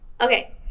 Okay